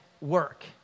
work